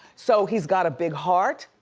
so he's got a big heart.